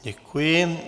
Děkuji.